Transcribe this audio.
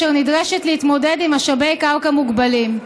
אשר נדרשת להתמודד עם משאבי קרקע מוגבלים.